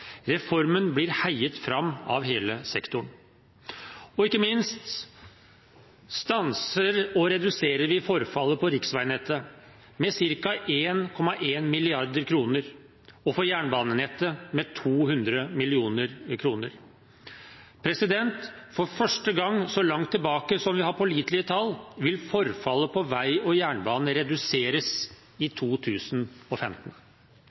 Reformen blir heiet fram av hele sektoren. Ikke minst stanser og reduserer vi forfallet på riksveinettet med ca. 1,1 mrd. kr, og for jernbanenettet med 200 mill. kr. For første gang så langt tilbake som vi har pålitelige tall, vil forfallet på vei og jernbane reduseres